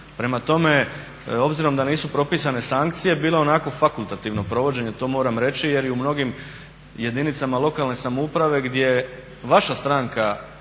Prema tome, obzirom da nisu propisane sankcije bilo onako fakultativno provođenje to moram reći, jer i u mnogim jedinicama lokalne samouprave gdje vaša stranka